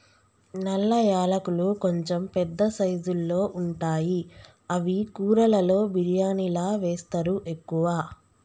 నల్ల యాలకులు కొంచెం పెద్ద సైజుల్లో ఉంటాయి అవి కూరలలో బిర్యానిలా వేస్తరు ఎక్కువ